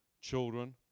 children